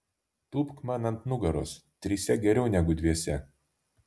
tūpk man ant nugaros trise geriau negu dviese